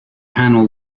panel